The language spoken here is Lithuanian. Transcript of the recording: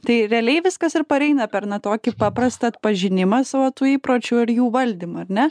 tai realiai viskas ir pareina per na tokį paprastą atpažinimą savo tų įpročių ar jų valdymą ar ne